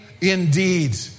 indeed